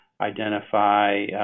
Identify